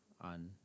on